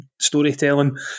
storytelling